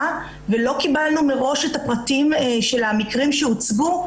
ולא קיבלנו מראש את הפרטים של המקרים שהוצגו.